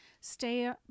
stay